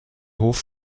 hof